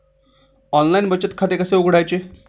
Online बचत खाते कसे उघडायचे?